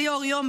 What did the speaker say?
בלי אור יום,